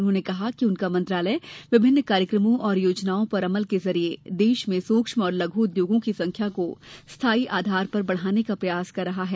उन्होंने कहा कि उनका मंत्रालय विभिन्न कार्यक्रमों और योजनाओं पर अमल के जरिए देश में सुक्ष्म और लघु उद्योगों की संख्या को स्थाई आधार पर बढ़ाने का प्रयास कर रहा है